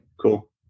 Cool